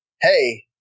hey